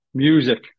music